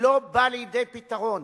לא בא לידי פתרון.